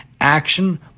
Action